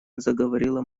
заговорила